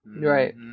Right